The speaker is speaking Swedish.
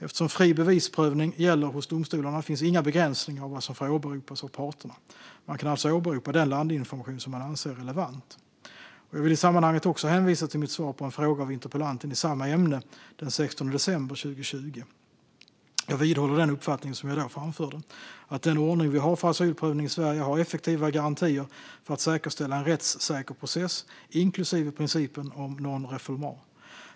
Eftersom fri bevisprövning gäller hos domstolarna finns inga begränsningar av vad som får åberopas av parterna. Man kan alltså åberopa den landinformation som man anser är relevant. Jag vill i sammanhanget också hänvisa till mitt svar på en fråga av interpellanten i samma ämne den 16 december 2020. Jag vidhåller den uppfattning som jag då framförde - att den ordning vi har för asylprövning i Sverige har effektiva garantier för att säkerställa en rättssäker process, inklusive principen om non-refoulement.